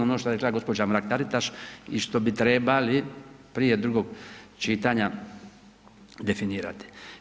Ono što je rekla gospođa Mrak Taritaš i što bi trebali prije drugog čitanja definirati.